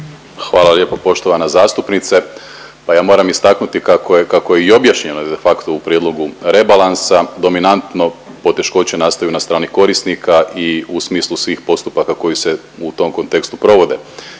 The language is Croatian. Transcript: Hvala lijepo poštovana zastupnice. Pa ja moram istaknuti kako je i objašnjeno de facto u prijedlogu rebalansa dominantno poteškoće nastaju na strani korisnika i u smislu svih postupaka koji se u tom kontekstu provode.